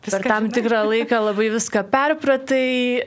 per tam tikrą laiką labai viską perpratai